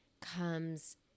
comes